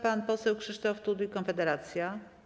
Pan poseł Krzysztof Tuduj, Konfederacja.